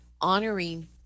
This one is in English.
honoring